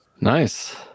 Nice